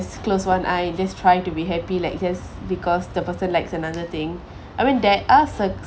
just close one eye just try to be happy like just because the person likes another thing I mean there are circ~